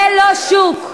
זה לא שוק.